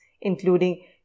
including